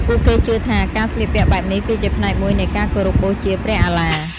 ពួកគេជឿថាការស្លៀកពាក់បែបនេះគឺជាផ្នែកមួយនៃការគោរពបូជាព្រះអាឡាហ៍។